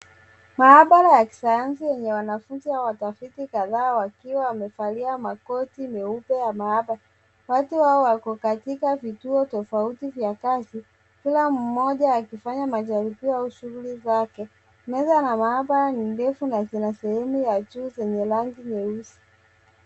Maabara ya kisayansi yenye wanafunzi au watafiti kadhaa wakiwa wamevalia makoti meupe ya maabara. Watu hao wako katika vituo tofauti vya kazi kila mmoja akifanya majaribio au shughuli zake. Meza za maabara ni ndefu na kuna sehemu ya juu yenye rangi nyeusi.